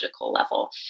level